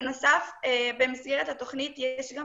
בנוסף, במסגרת התכנית יש גם